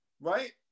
right